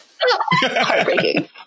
Heartbreaking